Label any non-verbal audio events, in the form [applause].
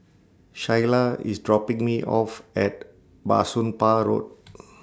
Shyla IS dropping Me off At Bah Soon Pah Road [noise]